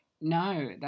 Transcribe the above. no